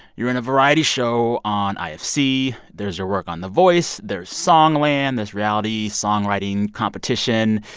you're in a variety show on ifc. there's your work on the voice. there's songland this reality songwriting competition.